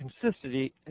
consistency